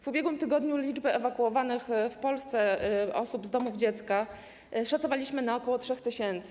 W ubiegłym tygodniu liczbę ewakuowanych w Polsce osób z domów dziecka szacowaliśmy na około 3 tys.